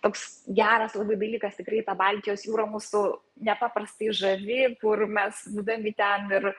toks geras labai dalykas tikrai ta baltijos jūra mūsų nepaprastai žavi kur mes būdami ten ir